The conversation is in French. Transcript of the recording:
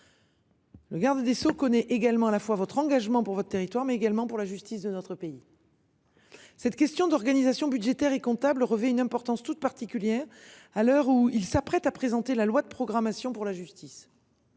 Le garde des Sceaux connaît également à la fois votre engagement pour votre territoire mais également pour la justice de notre pays. Cette question d'organisation budgétaire et comptable revêt une importance toute particulière à l'heure où il s'apprête à présenter la loi de programmation pour la justice.